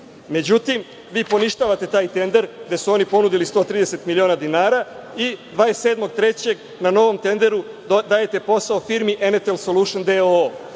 Međutim, vi poništavate taj tender gde su oni ponudili 130 miliona dinara i 27.3. na novom tenderu dajete posao firmi „Emetel solušn